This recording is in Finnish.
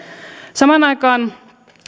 samaan aikaan